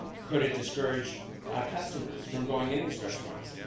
could it discourage customers from going in these restaurants?